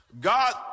God